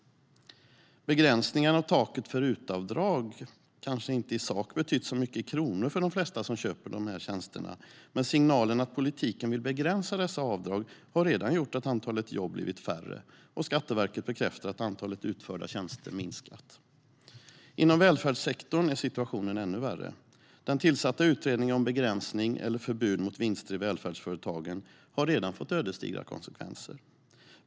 Begränsningen av taket för RUT-avdrag har kanske inte i sak betytt så mycket i kronor för de flesta som köper de här tjänsterna. Men signalen att politiken vill begränsa dessa avdrag har redan gjort att antalet jobb blivit mindre, och Skatteverket bekräftar att antalet utförda tjänster minskat. Inom välfärdssektorn är situationen ännu värre. Den tillsatta utredningen om begränsning av eller förbud mot vinster i välfärdsföretagen har redan fått ödesdigra konsekvenser.